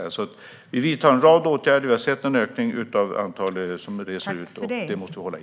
Vi vidtar alltså en rad åtgärder, och vi har sett en ökning av det antal som reser ut. Det måste vi hålla i.